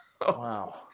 Wow